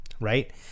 right